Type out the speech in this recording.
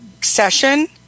session